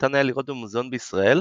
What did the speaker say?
ניתן היה לראות במוזיאון בישראל,